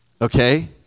Okay